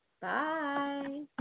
Bye